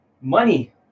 Money